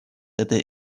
этой